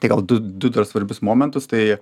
tai gal du du dar svarbius momentus